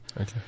Okay